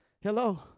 Hello